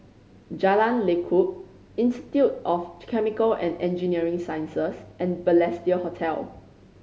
Jalan Lekub Institute of Chemical and Engineering Sciences and Balestier Hotel